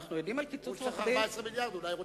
הוא צריך 14 מיליארד.